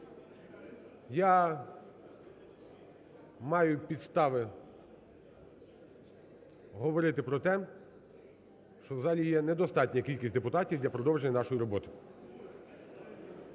я маю підстави говорити про те, що в залі є недостатня кількість депутатів для продовження нашої роботи